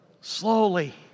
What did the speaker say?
Slowly